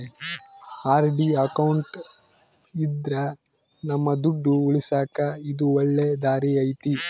RD account ಇದ್ರ ನಮ್ ದುಡ್ಡು ಉಳಿಸಕ ಇದು ಒಳ್ಳೆ ದಾರಿ ಐತಿ